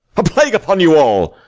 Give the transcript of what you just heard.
a plague upon you all!